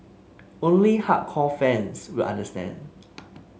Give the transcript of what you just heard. only hardcore fans will understand